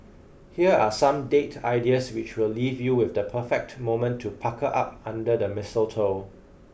here are some date ideas which will leave you with the perfect moment to pucker up under the mistletoe